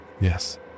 Yes